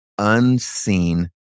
unseen